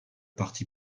parti